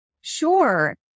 Sure